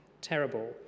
terrible